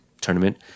tournament